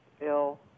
ill